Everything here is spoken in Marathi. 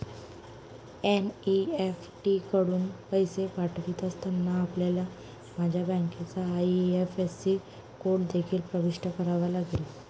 एन.ई.एफ.टी कडून पैसे पाठवित असताना, आपल्याला माझ्या बँकेचा आई.एफ.एस.सी कोड देखील प्रविष्ट करावा लागेल